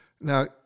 Now